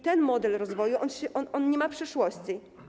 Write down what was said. Ten model rozwoju nie ma przyszłości.